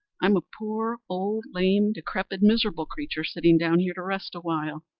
i'm a poor, old, lame, decrepit, miserable creature, sitting down here to rest awhile.